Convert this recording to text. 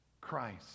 Christ